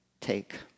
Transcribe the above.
take